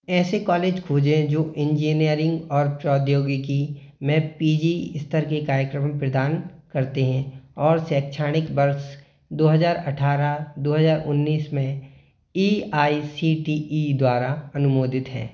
ऐसे कॉलेज खोजें जो इंजीनियरिंग और प्रौद्योगिकी में पी जी स्तर के कार्यक्रम प्रदान करते हैं और शैक्षणिक वर्ष दो हज़ार अठारह दो हज़ार उन्नीस में A I C T E द्वारा अनुमोदित हैं